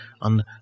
on